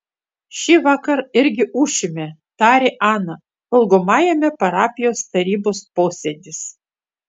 šįvakar irgi ūšime tarė ana valgomajame parapijos tarybos posėdis